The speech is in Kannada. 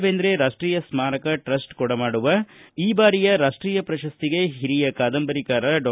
ಬೇಂದ್ರೆ ರಾಷ್ಟೀಯ ಸ್ಮಾರಕ ಟ್ರಸ್ಟ್ ಕೊಡಮಾಡುವ ಈ ಬಾರಿಯ ರಾಷ್ಟೀಯ ಪ್ರಶಸ್ತಿಗೆ ಒರಿಯ ಕಾದಂಬರಿಕಾರ ಡಾ